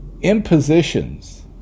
impositions